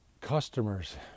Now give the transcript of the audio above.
customer's